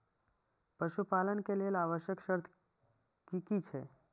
पशु पालन के लेल आवश्यक शर्त की की छै?